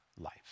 life